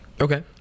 Okay